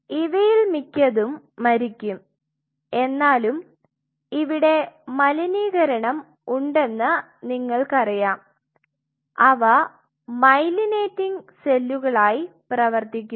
ഇവയിൽ മിക്കതും മരിക്കും എന്നാലും ഇവിടെ മലിനീകരണം ഉണ്ടെന്ന് നിങ്ങൾക്കറിയാം അവ മൈലിനേറ്റിംഗ് സെല്ലുകളായി പ്രവർത്തിക്കുന്നു